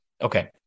Okay